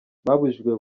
babujijwe